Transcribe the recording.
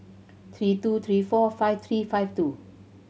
three two three four five three five two